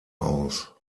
aus